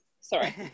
Sorry